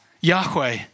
Yahweh